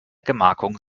gemarkung